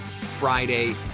Friday